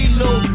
low